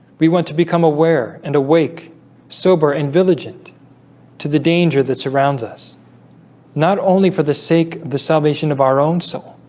we want to become aware and awake sober and village ined to the danger that surrounds us not only for the sake of the salvation of our own soul,